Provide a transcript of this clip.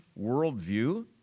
worldview